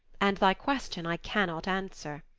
and thy question i cannot answer.